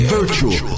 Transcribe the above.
Virtual